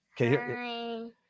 Okay